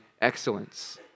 excellence